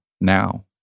now